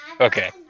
Okay